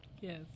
Yes